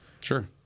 Sure